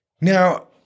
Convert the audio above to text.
Now –